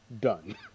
done